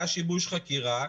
היה שיבוש חקירה,